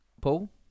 Paul